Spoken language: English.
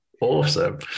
Awesome